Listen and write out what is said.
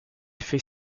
fait